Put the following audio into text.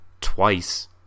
twice